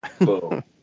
Boom